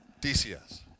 DCS